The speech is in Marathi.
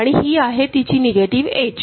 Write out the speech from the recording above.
आणि ही आहे तिची निगेटिव्ह एज